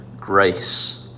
grace